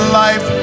life